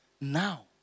Now